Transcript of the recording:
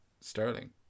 Sterling